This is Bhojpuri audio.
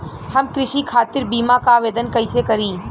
हम कृषि खातिर बीमा क आवेदन कइसे करि?